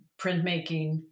printmaking